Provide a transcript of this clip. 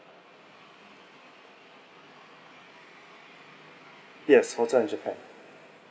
yes hotel in japan